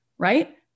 right